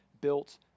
built